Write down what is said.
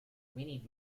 need